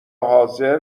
حاضر